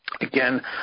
Again